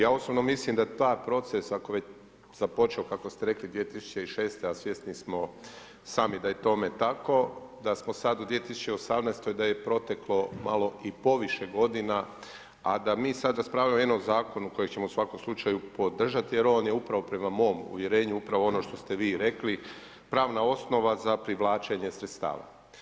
Ja osobno mislim da taj proces ako je već započeo kako ste rekli 2006. a svjesni smo i sami da je tome tako, da smo sad u 2018. da je proteklo i malo poviše godina, a da mi sad raspravljamo o jednom zakonu kojeg ćemo u svakom slučaju podržati, jer on je upravo prema mom uvjerenju upravo ono što ste vi rekli pravna osnova za privlačenje sredstava.